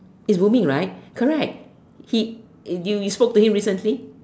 it's rooming right correct he you you spoke to him recently